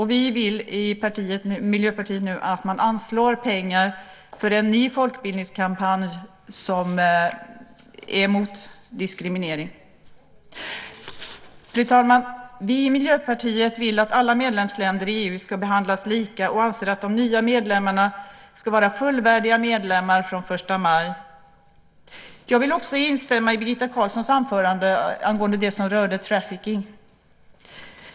Vi i Miljöpartiet vill att man nu anslår pengar för en ny folkbildningskampanj mot diskriminering. Fru talman! Vi i Miljöpartiet vill att alla medlemsländer i EU ska behandlas lika och anser att de nya medlemmarna ska vara fullvärdiga medlemmar från den 1 maj. Jag vill också instämma i Birgitta Carlssons anförande angående det som rörde trafficking .